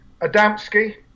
adamski